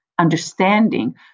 understanding